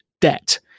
debt